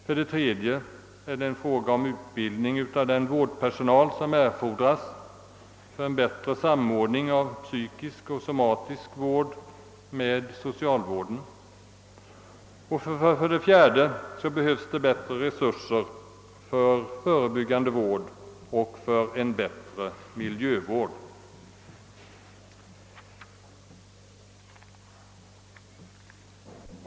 För det tredje är det fråga om utbildning av vårdpersonal som erfordras för bättre samordning av psykisk och somatisk vård med socialvården, och för det fjärde behövs bättre resurser för förebyggande vård och för en bättre miljövård.